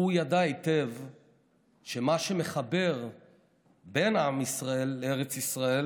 הוא ידע היטב שמה שמחבר בין עם ישראל לארץ ישראל